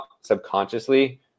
subconsciously